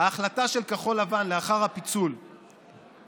ההחלטה של כחול לבן לאחר הפיצול להצטרף